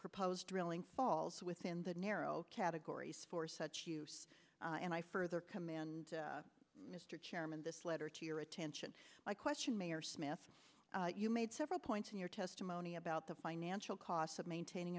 proposed drilling falls within the narrow categories for such use and i further command mr chairman this letter to your attention my question mayor smith you made several points in your testimony about the financial costs of maintaining